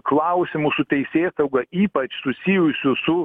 klausimų su teisėsauga ypač susijusių su